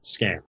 scam